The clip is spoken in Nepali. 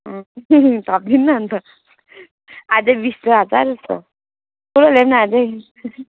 थपिदिनु नि अनि त अझै बिस हजार जस्तो ठुलो ल्याऊँ न अझै